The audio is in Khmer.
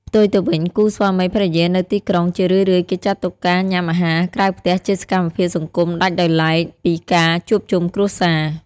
ផ្ទុយទៅវិញ គូស្វាមីភរិយានៅទីក្រុង ជារឿយៗគេចាត់ទុកការញ៉ាំអាហារក្រៅផ្ទះជាសកម្មភាពសង្គមដាច់ដោយឡែក ពីការជួបជុំគ្រួសារ។